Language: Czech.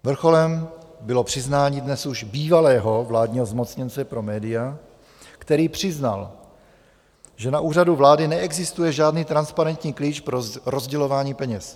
Vrcholem bylo přiznání dnes už bývalého vládního zmocněnce pro média, který přiznal, že na Úřadu vlády neexistuje žádný transparentní klíč pro rozdělování peněz.